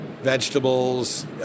Vegetables